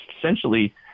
essentially